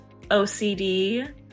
OCD